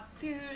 food